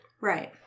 Right